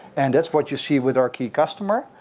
and that's what you see with our key customer,